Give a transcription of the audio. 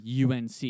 UNC